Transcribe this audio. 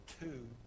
two